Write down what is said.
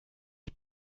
die